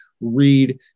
read